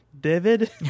David